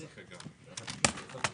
בעד.